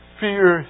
fear